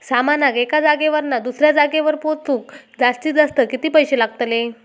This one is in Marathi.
सामानाक एका जागेवरना दुसऱ्या जागेवर पोचवूक जास्तीत जास्त किती पैशे लागतले?